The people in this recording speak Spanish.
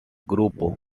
grupo